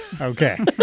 Okay